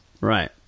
Right